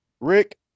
Rick